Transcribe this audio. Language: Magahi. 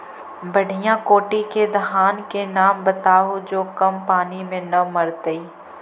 बढ़िया कोटि के धान के नाम बताहु जो कम पानी में न मरतइ?